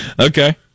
Okay